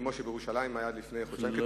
כמו שהיה בירושלים עד לפני חודשיים.